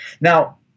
Now